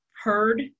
heard